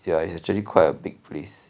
yeah it's actually quite a big place